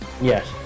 Yes